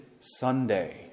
Sunday